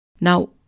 Now